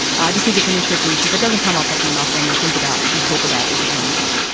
i just think it's an interesting issue that doesn't come up often enough when we think about and talk about e-diplomacy.